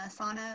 sauna